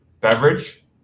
beverage